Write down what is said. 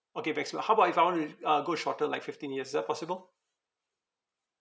okay maximum how about if I want to uh go shorter like fifteen years is that possible